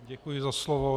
Děkuji za slovo.